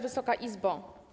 Wysoka Izbo!